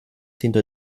hinter